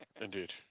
Indeed